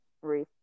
three